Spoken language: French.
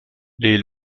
les